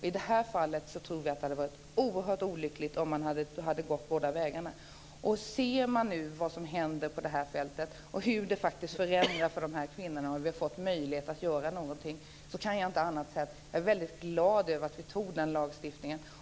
I det här fallet tror vi att det hade varit oerhört olyckligt om man hade gått båda vägarna. Ser man nu vad som händer på det här fältet och hur det faktiskt förändrar för dessa kvinnor när vi nu har fått möjlighet att göra något, kan jag inte annat säga än att jag är väldigt glad över att vi beslutade om den lagstiftningen.